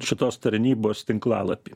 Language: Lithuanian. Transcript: šitos tarnybos tinklalapį